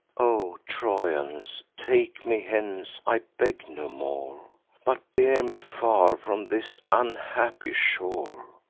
o trojans, take me hence! i beg no more but bear me far from this unhappy shore.